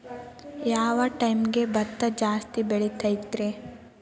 ಯಾವ ಟೈಮ್ಗೆ ಭತ್ತ ಜಾಸ್ತಿ ಬೆಳಿತೈತ್ರೇ?